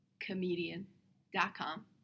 Comedian.com